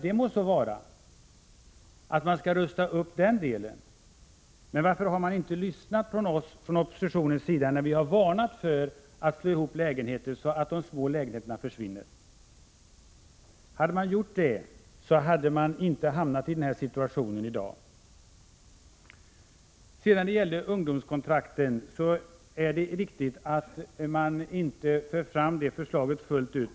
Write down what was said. Det må så vara att man skall rusta upp, men varför har man inte lyssnat på oss från oppositionen när vi har varnat för att slå ihop lägenheter så att de små försvinner? Hade man gjort det hade man inte hamnat i den här situationen i dag. Beträffande ungdomskontrakt är det riktigt att man inte för fram förslaget fullt ut.